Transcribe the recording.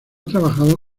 trabajado